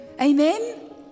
Amen